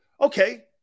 Okay